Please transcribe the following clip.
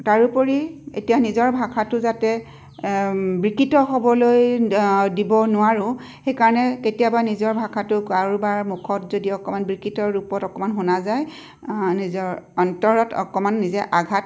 তাৰোপৰি এতিয়া নিজৰ ভাষাটো যাতে বিকৃত হ'বলৈ দিব নোৱাৰোঁ সেইকাৰণে কেতিয়াবা নিজৰ ভাষাটো কাৰোবাৰ মুখত যদি অকণমান বিকৃত ৰূপত অকণমান শুনা যায় নিজৰ অন্তৰত অকণমান নিজে আঘাত